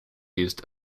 used